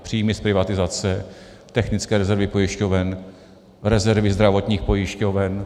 Příjmy z privatizace, technické rezervy pojišťoven, rezervy zdravotních pojišťoven.